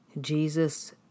Jesus